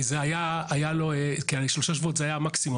כי שלושה שבועות זה היה המקסימום.